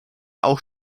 auch